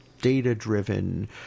data-driven